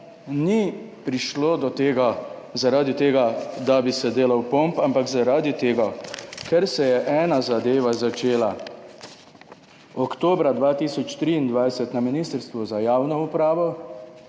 ni prišlo do tega zaradi tega, da bi se delal pomp, ampak zaradi tega, ker se je ena zadeva začela oktobra 2023 na Ministrstvu za javno upravo,